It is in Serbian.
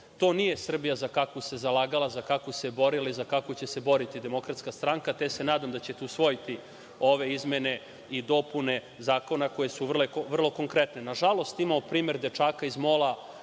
nije Srbija za kakvu se zalagala, za kakvu se borila i za kakvu će se boriti DS, te se nadam da ćete usvojiti ove izmene i dopune zakona, koje su vrlo konkretne. Nažalost, imamo primer dečaka iz Mola,